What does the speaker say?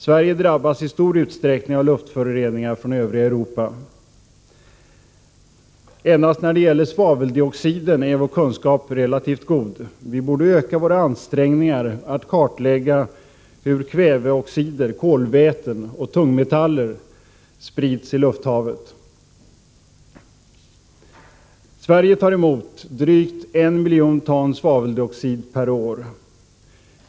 Sverige drabbas i stor utsträcknig av luftföroreningar från övriga Europa. Endast när det gäller svaveldioxiden är vår kunskap relativt god. Vi borde öka våra ansträngningar att kartlägga hur kväveoxider, kolväten och tungmetaller sprids i lufthavet. Sverige tar emot drygt en miljon ton svaveldioxid per år.